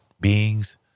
beings